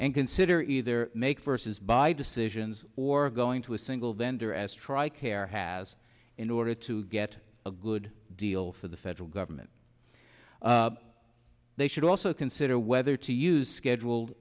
and consider either make versus buy decisions or going to a single vendor as tri care has in order to get a good deal for the fed the government they should also consider whether to use scheduled